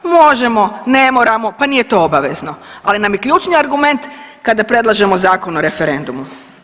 Možemo, ne moramo, pa nije to obavezno, ali nam je ključni argument kada predlažemo Zakon o referendumu.